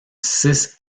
six